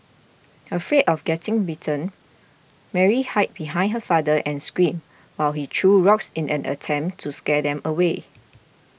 afraid of getting bitten Mary hid behind her father and screamed while he threw rocks in an attempt to scare them away